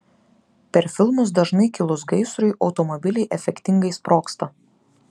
per filmus dažnai kilus gaisrui automobiliai efektingai sprogsta